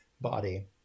body